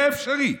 זה אפשרי.